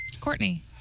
Courtney